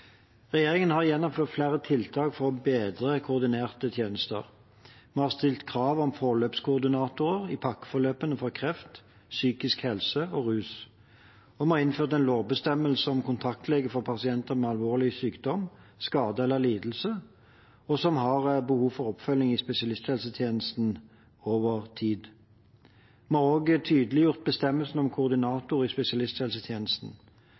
Regjeringen har gjennomført flere tiltak for å bedre koordinerte tjenester. Vi har stilt krav om forløpskoordinatorer i pakkeforløpene for kreft, psykisk helse og rus, og vi har innført en lovbestemmelse om kontaktlege for pasienter med alvorlig sykdom, skade eller lidelse som har behov for oppfølging i spesialisthelsetjenesten over tid. Vi har også tydeliggjort bestemmelsene om